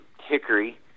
Hickory